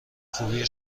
خوبی